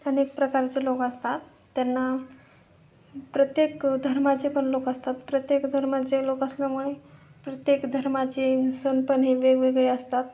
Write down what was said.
अनेक प्रकारचे लोक असतात त्यांना प्रत्येक धर्माचे पण लोक असतात प्रत्येक धर्माचे लोक असल्यामुळे प्रत्येक धर्माचे सण पण हे वेगवेगळे असतात